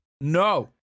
No